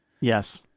Yes